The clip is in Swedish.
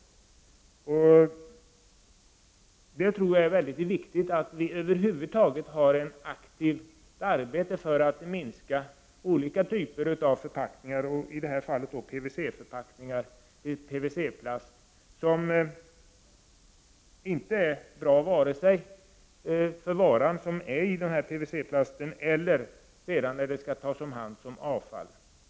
Det är viktigt att vi över huvud taget driver ett aktivt arbete för att minska användandet av olika typer av förpackningar. Förpackningar med PVC-plast är inte bra för varan i förpackningen. De är inte heller bra sedan när förpackningen skall tas om hand som avfall.